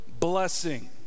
Blessing